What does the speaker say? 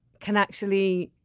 can actually